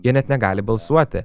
jie net negali balsuoti